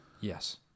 Yes